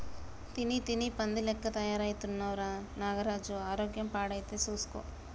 తిని తిని పంది లెక్క తయారైతున్నవ్ రా నాగరాజు ఆరోగ్యం పాడైతది చూస్కో